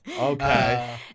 Okay